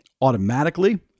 automatically